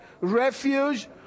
refuge